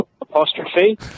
apostrophe